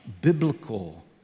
biblical